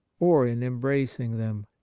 or in embracing them.